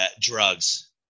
Drugs